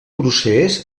procés